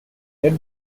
let